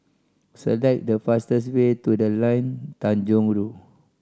select the fastest way to The Line Tanjong Rhu